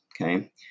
Okay